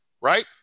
right